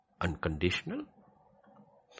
unconditional